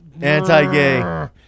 Anti-gay